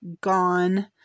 gone